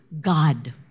God